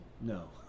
No